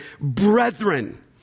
brethren